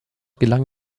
gelang